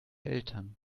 eltern